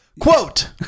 Quote